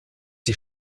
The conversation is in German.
die